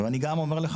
ואני אומר לך,